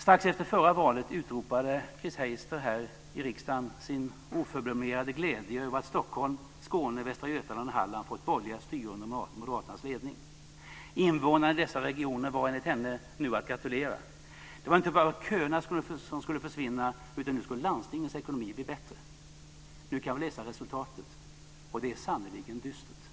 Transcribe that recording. Strax efter förra valet utropade Chris Heister här i riksdagen sin oförblommerade glädje över att Stockholm, Skåne, Västra Götaland och Halland fått borgerliga styren under moderaternas ledning. Invånarna i dessa regioner var enligt henne att gratulera. Det var inte bara köerna som skulle försvinna, utan nu skulle landstingens ekonomi bli bättre. Nu kan vi läsa resultatet, och det är sannerligen dystert.